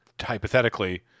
hypothetically